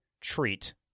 treat